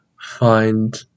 find